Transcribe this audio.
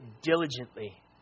diligently